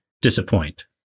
disappoint